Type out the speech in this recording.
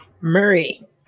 Murray